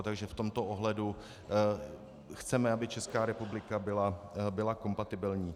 Takže v tomto ohledu chceme, aby Česká republika byla kompatibilní.